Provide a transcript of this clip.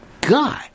God